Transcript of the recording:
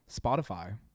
Spotify